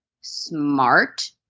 smart